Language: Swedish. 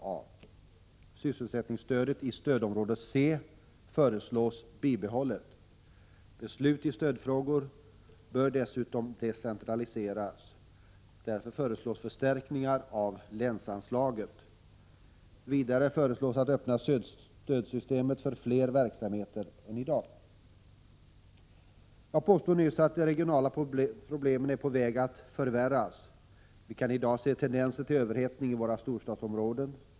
Vi föreslår att sysselsättningsstödet i stödområde C skall bibehållas. Beslut i stödfrågor bör dessutom decentraliseras. Därför föreslås förstärkningar av länsanslaget. Vidare föreslås att stödsystemet skall öppnas för fler verksamheter än i dag. Jag påstod nyss att de regionala problemen är på väg att förvärras. Vi kan i dag se tendenser till överhettning i våra storstadsområden.